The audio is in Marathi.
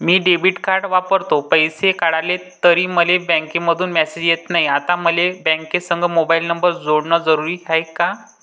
मी डेबिट कार्ड वापरतो, पैसे काढले तरी मले बँकेमंधून मेसेज येत नाय, आता मले बँकेसंग मोबाईल नंबर जोडन जरुरीच हाय का?